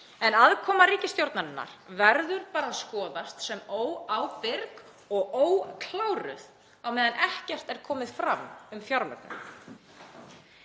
en aðkoma ríkisstjórnarinnar verður bara að skoðast sem óábyrg og ókláruð á meðan ekkert er komið fram um fjármögnun.